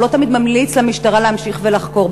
הוא לא תמיד ממליץ למשטרה להמשיך ולחקור.